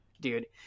dude